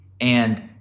and-